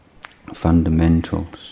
fundamentals